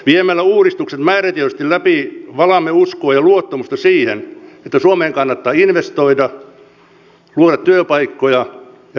viemällä uudistukset määrätietoisesti läpi valamme uskoa ja luottamusta siihen että suomeen kannattaa investoida luoda työpaikkoja ja rakentaa koteja